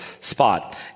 spot